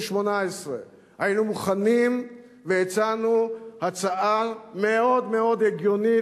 18. היינו מוכנים והצענו הצעה מאוד מאוד הגיונית,